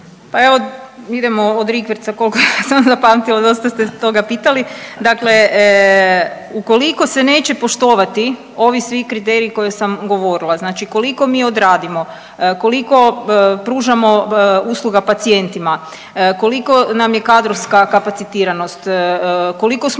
Pa evo idemo od rikverca koliko sam zapamtila, dosta ste toga pitali. Dakle, ukoliko se neće poštovati ovi svi kriteriji koje sam govorila, znači koliko mi odradimo, koliko pružamo usluga pacijentima, koliko nam je kadrovska kapacitiranost, koliko smo